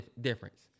difference